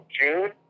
June